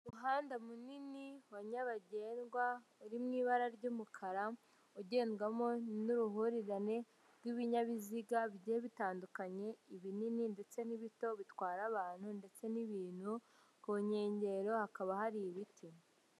Umuhanda munini wa nyabagendwa uri mu ibara ry'umukara ugendwamo n'uruhurirane rw'ibinyabiziga bigiye bitandukanye ibinini ndetse n'ibito bitwara abantu ndetse n'ibintu, ku nkengero hakaba hari ibiti.